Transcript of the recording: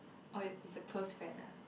or~ is a close friend ah